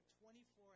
24